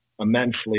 immensely